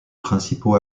principaux